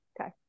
okay